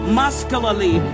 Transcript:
muscularly